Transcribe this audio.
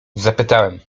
zapytałem